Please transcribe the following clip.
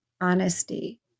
honesty